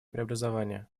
преобразования